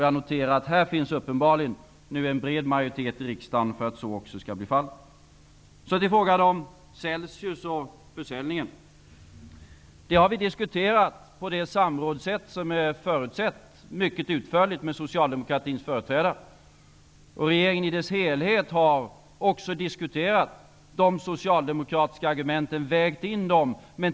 Jag noterar att det nu uppenbarligen finns en bred majoritet i riksdagen för att så också skall bli fallet. Frågan om Celsius och försäljningen har vi diskuterat mycket utförligt med företrädare för Socialdemokraterna på det samrådssätt som är förutsatt. Regeringen i sin helhet har också diskuterat de socialdemokratiska argumenten och vägt in dem.